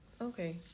Okay